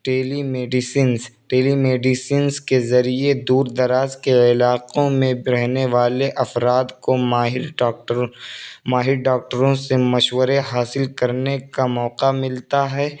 ٹیلی medicines telemedicines کے ذریعے دور دراز کے علاقوں میں رہنے والے افراد کو ماہر ڈاکٹروں ماہر ڈاکٹروں سے مشورے حاصل کرنے کا موقع ملتا ہے